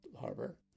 Harbor